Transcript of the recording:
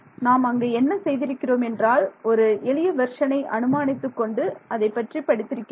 நாம் அங்கே என்ன செய்திருக்கிறோம் என்றால் ஒரு எளிய வெர்ஷனை அனுமானித்துக் கொண்டு அதை பற்றி படித்திருக்கிறோம்